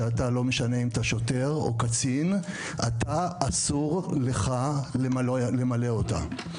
שלא משנה אם אתה שוטר או קצין אסור לך למלא אותה.